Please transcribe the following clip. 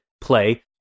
play